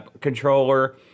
controller